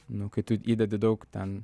nu kai tu įdedi daug ten